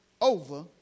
Over